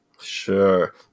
Sure